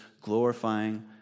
glorifying